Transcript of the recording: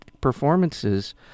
performances